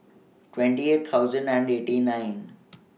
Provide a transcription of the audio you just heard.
twenty eight thousand and eighty nine